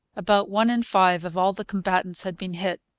about one in five of all the combatants had been hit.